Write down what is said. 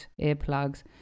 earplugs